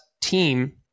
team